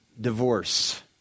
divorce